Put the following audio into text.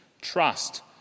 trust